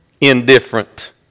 Indifferent